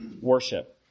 worship